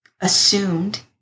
assumed